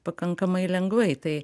pakankamai lengvai tai